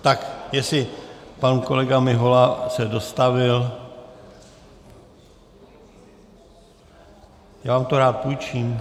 Tak jestli pan kolega Mihola se dostavil, já vám to rád půjčím.